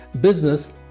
business